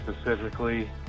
specifically